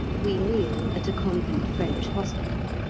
we meal at a convent french hospital.